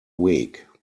week